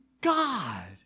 God